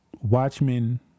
Watchmen